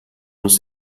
nos